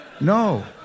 No